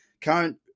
current